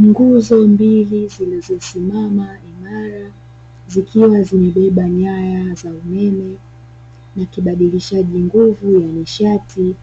Nguzo mbili zilizosimama imara zikiwa zimebeba nyaya za umeme na kibadilishaji nguvu cha nishati